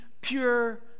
pure